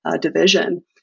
division